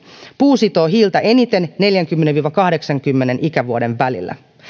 puu sitoo hiiltä eniten neljäkymmentä ja kahdeksankymmenen ikävuoden välillä